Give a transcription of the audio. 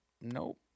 Nope